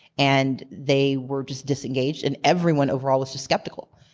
and they were just disengaged. and everyone, overall, was just skeptical.